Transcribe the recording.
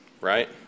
right